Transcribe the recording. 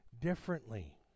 differently